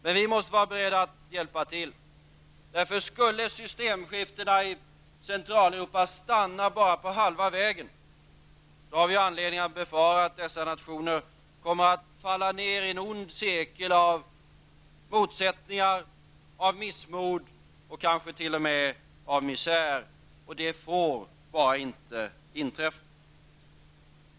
Men vi måste vara beredda att hjälpa till, för skulle systemskiftena i Centraleuropa stanna på halva vägen, då har vi anledning att befara att dessa nationer kommer att falla ner i en ond cirkel av motsättningar, missmod och kanske t.o.m. av misär. Det får bara inte inträffa.